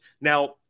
Now